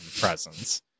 presence